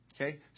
okay